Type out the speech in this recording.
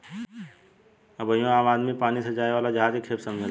अबहियो आम आदमी पानी से जाए वाला जहाज के खेप समझेलेन